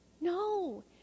No